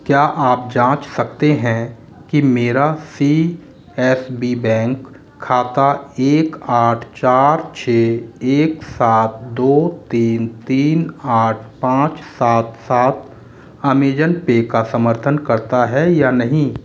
क्या आप जाँच सकते हैं कि मेरा सी एस बी बैंक खाता एक आठ चार छः एक सात दो तीन तीन आठ पाँच सात सात अमेज़न पे का समर्थन करता है या नहीं